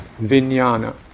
vinyana